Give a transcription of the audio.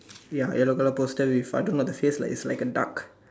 ya yellow colour poster with I don't know that says it's like a duck